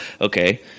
Okay